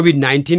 COVID-19